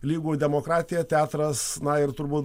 lygu demokratija teatras na ir turbūt